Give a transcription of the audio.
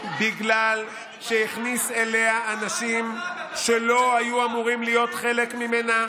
בגלל שהכניס אליה אנשים שלא היו אמורים להיות חלק ממנה,